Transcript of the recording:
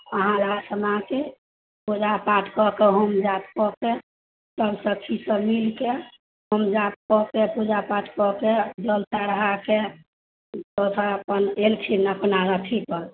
नहा सुना कऽ पूजा पाठ कऽ के होम जाप कऽ के सभ सखीसभ मिल कऽ होम जाप कऽ के पूजा पाठ कऽ के जल चढ़ा कऽ तकर बाद अथी अपना एलखिन अपना अथीपर